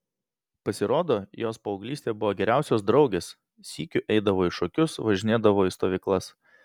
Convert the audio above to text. pasirodo jos paauglystėje buvo geriausios draugės sykiu eidavo į šokius važinėdavo į stovyklas